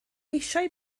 eisiau